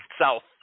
South